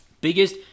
Biggest